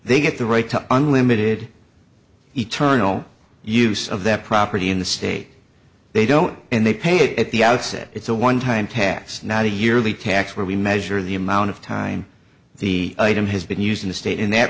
they get the right to unlimited eternal use of that property in the state they don't and they pay it at the outset it's a one time tax not a yearly tax where we measure the amount of time the item has been used in the state in that